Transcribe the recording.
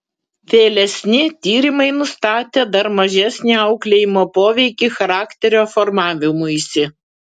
vėlesni tyrimai nustatė dar mažesnį auklėjimo poveikį charakterio formavimuisi